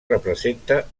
representa